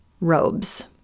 robes